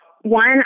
One